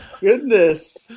goodness